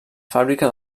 fàbrica